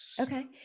okay